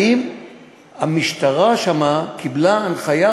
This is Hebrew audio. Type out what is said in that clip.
האם המשטרה שם קיבלה הנחיה,